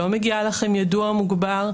לא מגיעה לכם ידוע מוגבר,